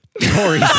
Tori